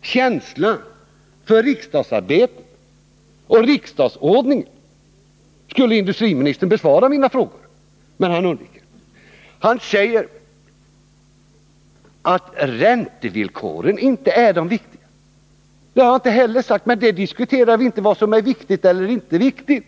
känsla för riksdagsarbetet och riksdagsordningen, skulle han besvara mina frågor, men han undviker det. Industriministern säger att räntevillkoren inte är det viktiga. Det har jag inte heller påstått, men nu diskuterar vi inte vad som är viktigt eller inte viktigt.